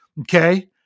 okay